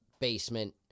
basement